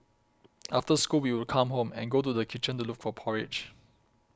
after school we would come home and go to kitchen to look for porridge